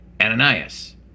Ananias